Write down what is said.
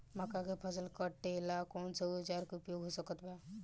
मक्का के फसल कटेला कौन सा औजार के उपयोग हो सकत बा?